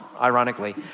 ironically